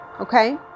Okay